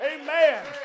amen